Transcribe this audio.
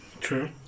True